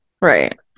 Right